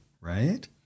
right